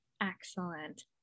Excellent